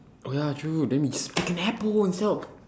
oh ya true then we